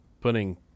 putting